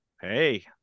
hey